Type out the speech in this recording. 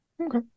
Okay